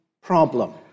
problem